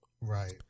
Right